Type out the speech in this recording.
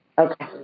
Okay